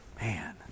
Man